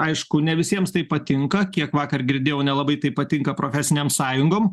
aišku ne visiems tai patinka kiek vakar girdėjau nelabai tai patinka profesinėm sąjungom